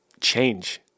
change